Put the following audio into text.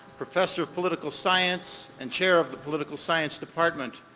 professor of political science and chair of the political science department.